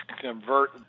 convert